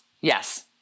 Yes